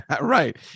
Right